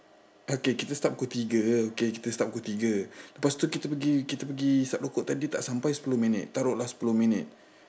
okay kita start pukul tiga okay kita start pukul tiga lepas itu kita pergi kita pergi hisap rokok tadi tak sampai sepuluh minit taruk lah sepuluh minit